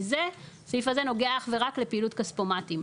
כי זה, הסעיף הזה נוגע אך ורק לפעילות כספומטים.